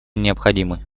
необходимы